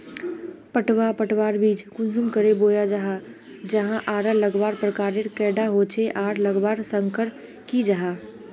पटवा पटवार बीज कुंसम करे बोया जाहा जाहा आर लगवार प्रकारेर कैडा होचे आर लगवार संगकर की जाहा?